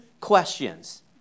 questions